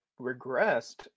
regressed